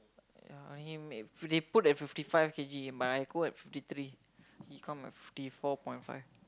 ya only him they put at fifty five K_G but I go at fifty three he come at fifty four point five